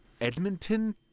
Edmonton